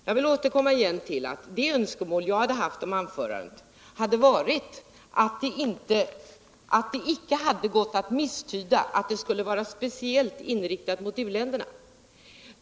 Jag vill återkomma till att det önskemål jag hade om anförandet var att det inte skulle ha gått att tyda som om det skulle ha varit speciellt inriktat mot uländerna.